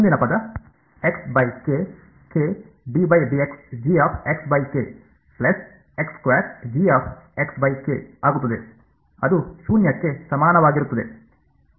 ಮುಂದಿನ ಪದ ಆಗುತ್ತದೆ ಅದು ಶೂನ್ಯಕ್ಕೆ ಸಮಾನವಾಗಿರುತ್ತದೆ